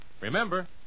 Remember